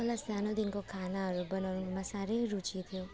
मलाई सानोदेखिको खानाहरू बनाउनुमा साह्रै रुचि थियो